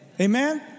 Amen